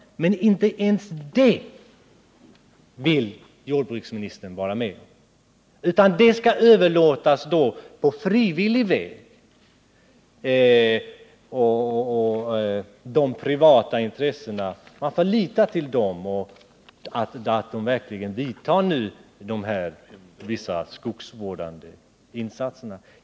Men inte ens det vill jordbruksministern vara med om, utan det skall göras på frivillig väg. Man får, enligt jordbruksministern, lita till att de privata intressena verkligen vidtar vissa skogsvårdande insatser.